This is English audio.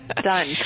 done